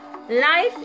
Life